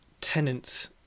tenants